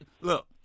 look